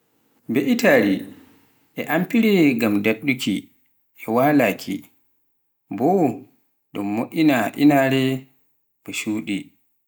Beiitaari, e amfire ngam daɗɗuki e walaaki, boo ɗun mo'inaa inaare nba suudu.